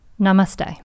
Namaste